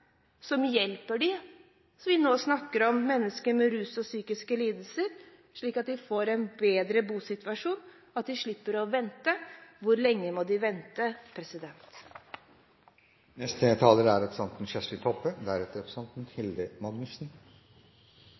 som hjelper dem vi nå snakker om – mennesker med rus og psykiske lidelser – slik at de får en bedre bosituasjon og slipper å vente? Hvor lenge må de vente? Det å eiga eller disponera fast bustad er